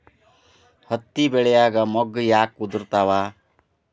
ಹತ್ತಿ ಬೆಳಿಯಾಗ ಮೊಗ್ಗು ಯಾಕ್ ಉದುರುತಾವ್?